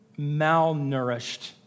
malnourished